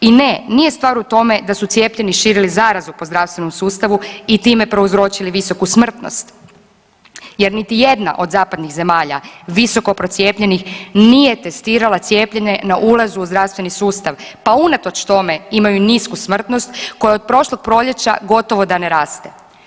I ne nije stvar u tome da su cijepljeni širili zarazu po zdravstvenom sustavu i time prouzročili visoku smrtnost jer niti jedna od zapadnih zemalja visoko procijepljenih nije testirala cijepljene na ulazu u zdravstveni sustav pa unatoč tome imaju nisku smrtnost koja od prošlog proljeća gotovo da ne raste.